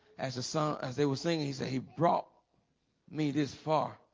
as a son as they were saying he said he brought me this far